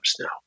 now